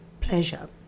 pleasure